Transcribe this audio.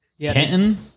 Kenton